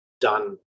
done